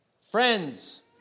Friends